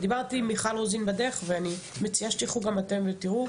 דיברתי עם מיכל רוזין בדרך ואני מציעה שתלכו גם אתם ותיראו,